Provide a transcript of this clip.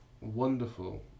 wonderful